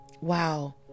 Wow